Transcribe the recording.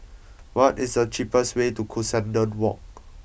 what is the cheapest way to Cuscaden Walk